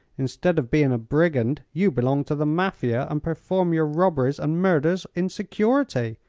instead of being a brigand you belong to the mafia, and perform your robberies and murders in security.